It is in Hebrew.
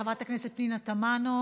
חברת הכנסת פנינה תמנו,